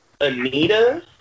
Anita